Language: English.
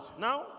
now